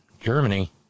Germany